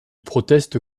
proteste